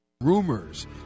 Rumors